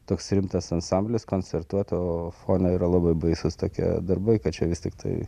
toks rimtas ansamblis koncertuot o fone yra labai baisūs tokie darbai kad čia vis tiktai